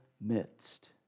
midst